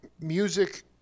music